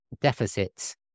deficits